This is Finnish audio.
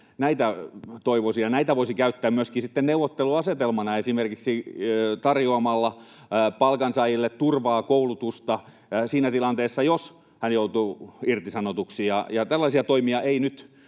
Näitä toivoisin, ja näitä voisi käyttää myöskin sitten neuvotteluasetelmana, esimerkiksi tarjoamalla palkansaajille turvaa ja koulutusta siinä tilanteessa, jos hän joutuu irtisanotuksi. Tällaisia toimia ei nyt